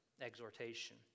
exhortation